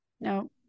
No